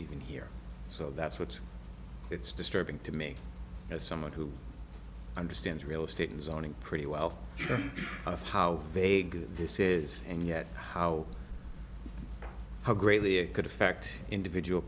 even here so that's what it's disturbing to me as someone who understands real estate and zoning pretty well sure of how vague this is and yet how how greatly it could affect individual